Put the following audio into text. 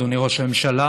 אדוני ראש הממשלה,